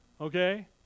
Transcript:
Okay